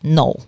no